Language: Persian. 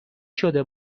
شده